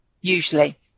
usually